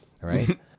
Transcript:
right